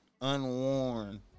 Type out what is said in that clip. unworn